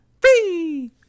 Free